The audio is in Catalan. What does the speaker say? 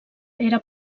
era